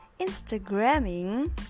Instagramming